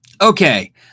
Okay